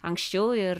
anksčiau ir